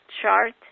chart